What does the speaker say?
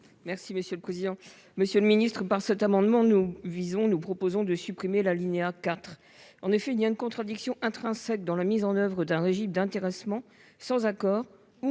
parole est à Mme Corinne Féret. Par cet amendement, nous proposons de supprimer l'alinéa 4. En effet, il y a une contradiction intrinsèque dans la mise en oeuvre d'un régime d'intéressement sans accord ou